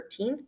13th